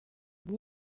guha